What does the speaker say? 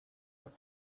was